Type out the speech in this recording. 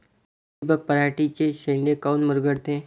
Mealybug पराटीचे चे शेंडे काऊन मुरगळते?